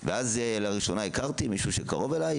לראשונה הכרתי מישהו שקרוב אליי,